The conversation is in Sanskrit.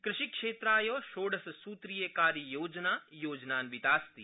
कृषिक्षेत्राय षोडशस्त्रीयकार्ययोजना योजनान्विता अस्ति